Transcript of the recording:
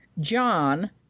John